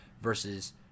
versus